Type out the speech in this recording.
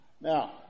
Now